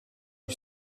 lui